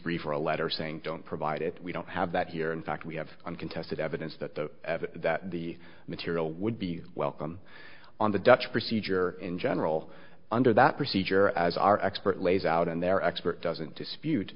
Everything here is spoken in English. brief or a letter saying don't provide it we don't have that here in fact we have uncontested evidence that that the material would be welcome on the dutch procedure in general under that procedure as our expert lays out in their expert doesn't dispute